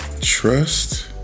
trust